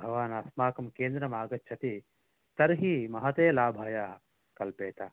भवान् अस्माकं केन्द्रम् आगच्छति तर्हि महते लाभाय कल्पेत